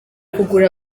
kugura